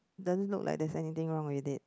it doesn't look like there's anything wrong with it